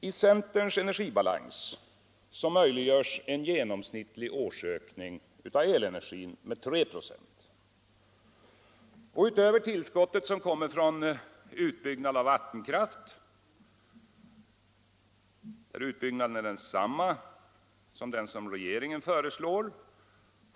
I centerns energibalans möjliggörs en genomsnittlig årsökning av elenergin med 3 96. Utöver tillskottet från utbyggnad av vattenkraft, där utbyggnaden är densamma som den som regeringen föreslår, satsar centern på kraftvärme och industriellt mottryck.